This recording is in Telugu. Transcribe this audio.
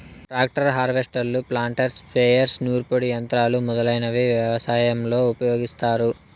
ట్రాక్టర్, హార్వెస్టర్లు, ప్లాంటర్, స్ప్రేయర్స్, నూర్పిడి యంత్రాలు మొదలైనవి వ్యవసాయంలో ఉపయోగిస్తారు